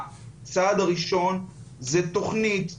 הצעד הראשון זה תכנית סדורה,